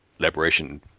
liberation